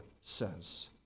says